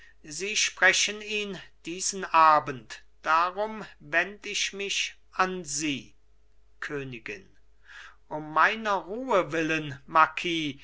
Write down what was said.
sie sprechen ihn diesen abend darum wend ich mich an sie königin um meiner ruhe willen